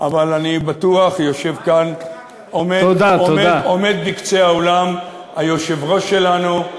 אבל אני בטוח, עומד בקצה האולם היושב-ראש שלנו,